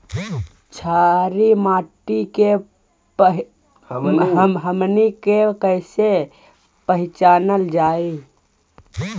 छारी माटी के हमनी के कैसे पहिचनल जाइ?